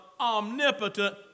omnipotent